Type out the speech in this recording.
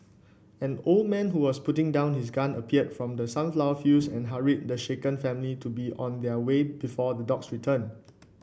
an old man who was putting down his gun appeared from the sunflower fields and hurried the shaken family to be on their way before the dogs return